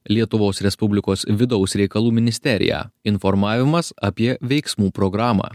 lietuvos respublikos vidaus reikalų ministerija informavimas apie veiksmų programą